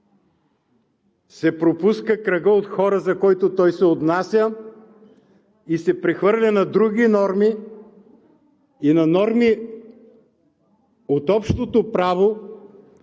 се пропуска кръгът от хора, за който се отнася и се прехвърля на други норми, и на норми от общото право,